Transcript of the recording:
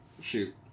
Shoot